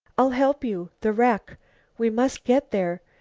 i'll help you. the wreck we must get there.